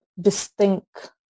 distinct